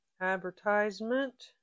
advertisement